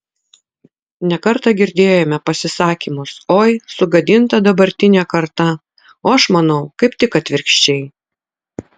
ne kartą girdėjome pasisakymus oi sugadinta dabartinė karta o aš manau kaip tik atvirkščiai